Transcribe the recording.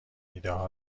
ایدهها